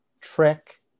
trick